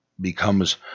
becomes